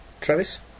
Travis